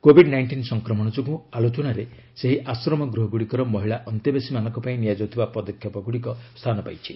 Covid nineteen ସଂକ୍ରମଣ ଯୋଗୁଁ ଆଲୋଚନାରେ ସେହି ଆଶ୍ରମ ଗୃହଗୁଡ଼ିକର ମହିଳା ଅନ୍ତେବାସୀମାନଙ୍କ ପାଇଁ ନିଆଯାଉଥିବା ପଦକ୍ଷେପଗୁଡ଼ିକ ସ୍ଥାନ ପାଇଛି